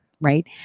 right